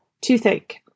Toothache